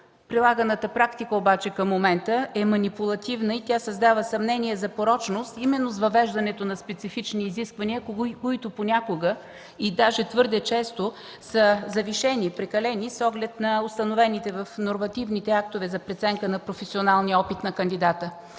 Прилаганата практика обаче към момента е манипулативна и създава съмнения за порочност именно с въвеждането на специфични изисквания, които понякога и даже твърде често са завишени, са прекалени с оглед на установените в нормативните актове за преценка на професионалния опит на кандидата.